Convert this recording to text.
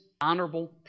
honorable